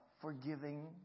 forgiving